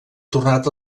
tornat